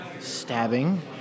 stabbing